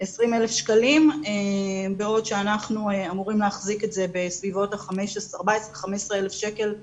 אנחנו אמורים להחזיק אותו בסביבות ה-15,000-14,000 שקל לנער.